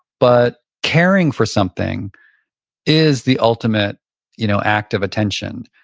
but caring for something is the ultimate you know act of attention.